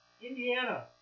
Indiana